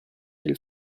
del